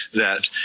that